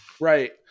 Right